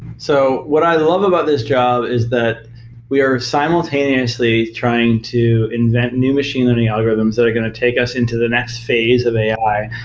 so what i love about this job is that we are simultaneously trying to invent new machine in the algorithms that are going to take us in the next phase of ai,